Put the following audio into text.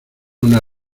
una